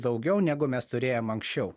daugiau negu mes turėjome anksčiau